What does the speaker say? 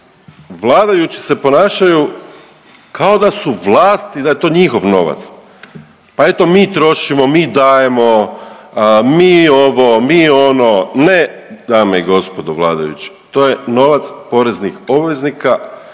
vladajući se ponašaju kao da su vlast i da je to njihov novac, pa eto mi trošimo, mi dajemo, mi ovo, mi ono, ne dame i gospodo vladajući, to je novac poreznih obveznika